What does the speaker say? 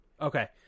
Okay